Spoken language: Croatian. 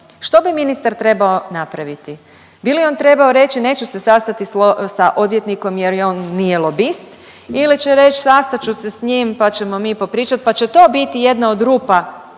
što bi ministar trebao napraviti. Bi li on trebao reći neću se sastati sa odvjetnikom jer on nije lobist ili će reći sastat ću s njim pa ćemo mi popričati pa će to biti jedna od rupa